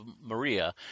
Maria